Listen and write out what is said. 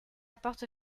porte